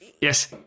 Yes